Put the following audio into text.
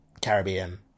Caribbean